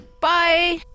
Bye